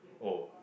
oh